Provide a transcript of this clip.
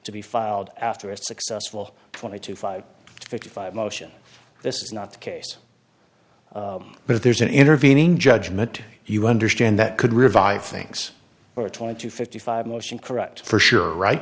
to be filed after a successful twenty two five fifty five motion this is not the case but if there's an intervening judgment you understand that could revive things for twenty to fifty five motion correct for sure